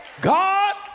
God